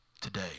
today